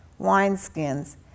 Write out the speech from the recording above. wineskins